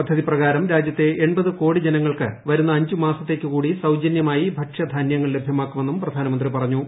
പദ്ധതി പ്രകാരം രാജ്യത്ത്ത് രു് ്കോടി ജനങ്ങൾക്ക് വരുന്ന അഞ്ച് മാസത്തേക്ക് കൂടി സൃദ്രജീസ്യമായി ഭക്ഷ്യധാന്യങ്ങൾ ലഭ്യമാക്കുമെന്ന് പ്രധാനമന്ത്രി പുറുഞ്ഞു